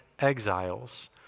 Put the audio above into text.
exiles